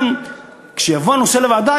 גם כשיבוא הנושא לוועדה,